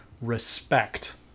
respect